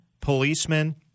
policemen